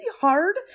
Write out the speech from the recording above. hard